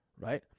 right